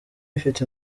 ifite